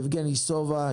יבגני סובה,